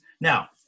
Now